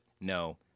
no